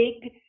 big